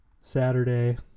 Saturday